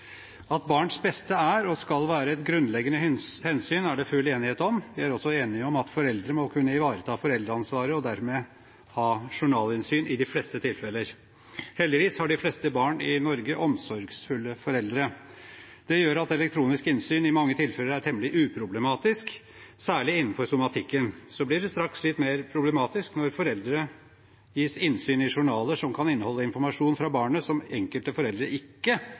At barns beste er, og skal være, et grunnleggende hensyn, er det full enighet om. Vi er også enige om at foreldre må kunne ivareta foreldreansvaret og dermed ha journalinnsyn i de fleste tilfeller. Heldigvis har de fleste barn i Norge omsorgsfulle foreldre. Det gjør at elektronisk innsyn i mange tilfeller er temmelig uproblematisk, særlig innenfor somatikken. Så blir det straks litt mer problematisk når foreldre gis innsyn i journaler som kan inneholde informasjon fra barnet som enkelte foreldre ikke